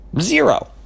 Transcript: Zero